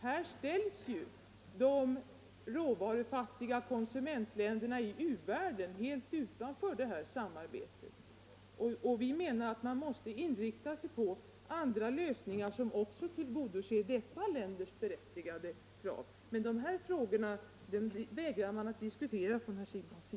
Här ställs de råvarufattiga konsumentländerna i u-världen helt utanför detta samarbete. Vi menar att man måste inrikta sig på att nå andra lösningar, som också tillgodoser dessa länders berättigade krav. De frågorna vägrar herr Siegbahn att diskutera.